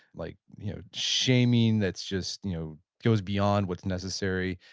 like shaming that's just you know goes beyond what's necessary,